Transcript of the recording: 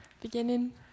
beginning